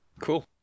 Cool